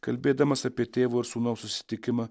kalbėdamas apie tėvo ir sūnaus susitikimą